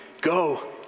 Go